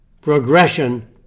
progression